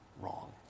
wrong